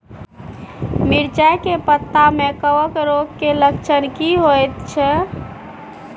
मिर्चाय के पत्ता में कवक रोग के लक्षण की होयत छै?